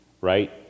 Right